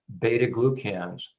beta-glucans